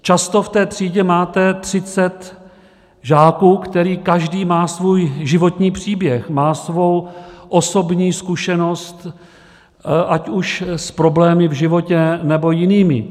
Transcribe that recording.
Často v té třídě máte třicet žáků, který každý má svůj životní příběh, má svou osobní zkušenost ať už s problémy v životě, nebo jinými.